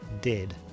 dead